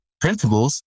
principles